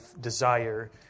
desire